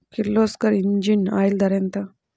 Kirloskar engine oil ధర ఎంత?